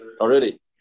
Already